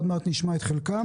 עוד מעט נשמע את חלקם.